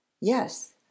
Yes